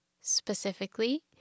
specifically